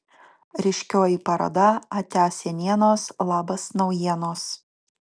ryškioji paroda atia senienos labas naujienos